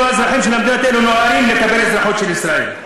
כאילו האזרחים של המדינות האלה נוהרים לקבל אזרחות של ישראל.